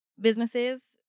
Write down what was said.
businesses